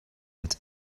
with